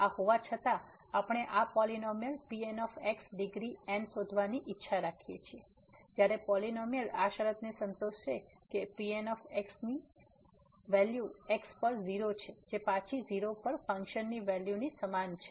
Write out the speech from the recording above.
આ હોવા છતાં આપણે આ પોલીનોમીઅલ Pn ડિગ્રી n શોધવાની ઇચ્છા રાખીએ છીએ જયારે પોલીનોમીઅલ આ શરત ને સંતોષશે કે Pn પોલીનોમીઅલ ની વેલ્યુ x પર ૦ છે જે પાછી ૦ પર ફંક્શન ની વેલ્યુ ની સમાન છે